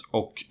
och